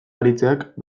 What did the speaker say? aritzeak